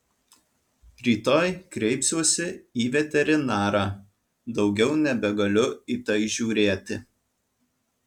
rytoj kreipsiuosi į veterinarą daugiau nebegaliu į tai žiūrėti